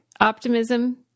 optimism